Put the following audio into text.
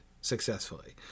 successfully